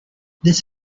this